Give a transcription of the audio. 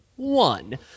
One